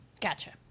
Gotcha